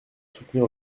soutenir